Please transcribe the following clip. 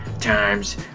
times